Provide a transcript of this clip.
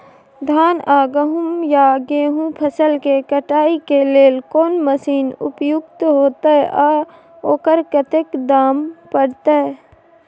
धान आ गहूम या गेहूं फसल के कटाई के लेल कोन मसीन उपयुक्त होतै आ ओकर कतेक दाम परतै?